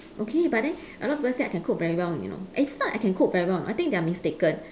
okay but then a lot of people say I can cook very well you know it's not that I can cook very well you know I think they are mistaken